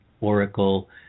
oracle